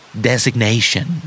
Designation